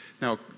Now